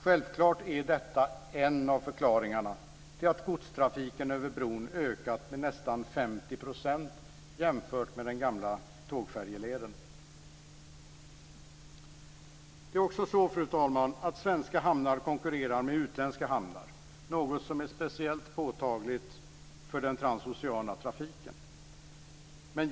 Självfallet är detta en av förklaringarna till att godstrafiken över bron ökat med nästan Fru talman! Svenska hamnar konkurrerar också med utländska hamnar - något som är speciellt påtagligt för den transoceana trafiken.